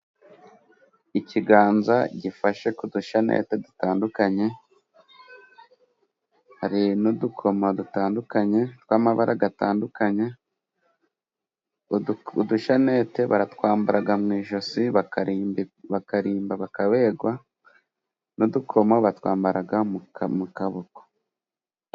Ikiganza gifashe kudushanete dutandukanye, hari n'udukoma dutandukanye, tw'amabara atandukanye, udushyanete baratwambara mu ijosi, bakarimba bakabegwa, n'udukoma batwambara mukaboko.